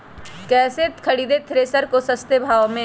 कैसे खरीदे थ्रेसर को सस्ते भाव में?